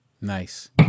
Nice